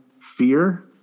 Fear